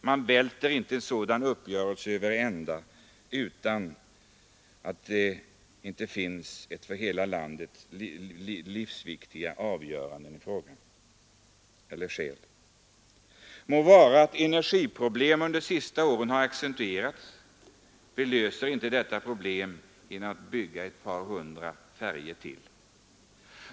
Man välter inte en sådan uppgörelse över ända utan att det finns för hela landet livsviktiga och avgörande skäl. Låt vara att energiproblemen under de senaste åren har accentuerats. Vi löser inte det problemet genom att bygga ett par hundra färjor till.